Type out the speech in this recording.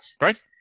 Right